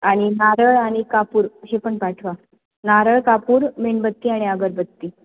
आणि नारळ आणि कापूर हे पण पाठवा नारळ कापूर मेणबत्ती आणि अगरबत्ती